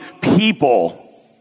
people